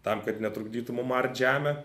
tam kad netrukdytų mum art žemę